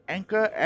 Anchor